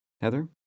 Heather